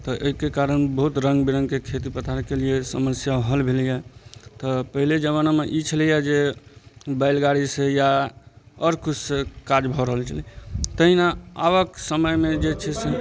तऽ अइके कारण बहुत रङ्ग बिरङ्गके खेती पथारके लिये समस्या हल भेलइए तऽ पहिले जमानामे ई छलैये जे बैलगाड़ीसँ या आओर किछुसँ काज भऽ रहल छलै तहिना आबक समयमे जे छै से